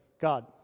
God